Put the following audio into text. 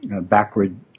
backward